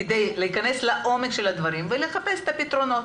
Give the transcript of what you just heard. כדי להכנס לעומק הדברים ולחפש את הפתרונות,